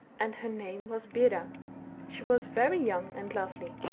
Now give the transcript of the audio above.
and her name was bera she was very young and lovely.